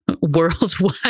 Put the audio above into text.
worldwide